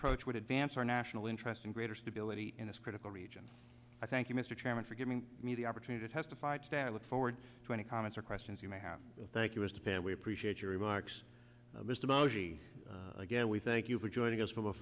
approach would advance our national interest and greater stability in this critical region i thank you mr chairman for giving me the opportunity to testify today i look forward to any comments or questions you may have thank you a span we appreciate your remarks mr moshi again we thank you for joining us from a